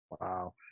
Wow